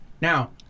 Now